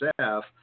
staff